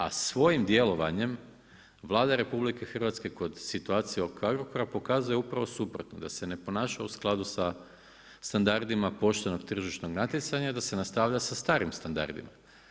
A svojim djelovanjem Vlada RH kod situacije oko Agrokora pokazuje upravo suprotno da se ne ponaša u skladu sa standardima poštenog tržišnog natjecanja i da se nastavlja sa starim standardima.